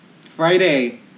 Friday